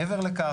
מעבר לכך,